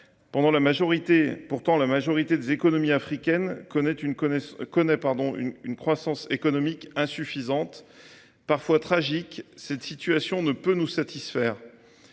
Pourtant, la majorité des économies africaines connaissent une croissance économique insuffisante. Parfois tragique, cette situation ne peut nous satisfaire.